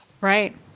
Right